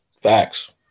Facts